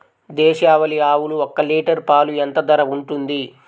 దేశవాలి ఆవులు ఒక్క లీటర్ పాలు ఎంత ధర ఉంటుంది?